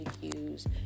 use